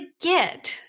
forget